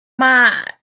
mind